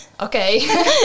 okay